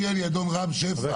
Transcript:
אדוני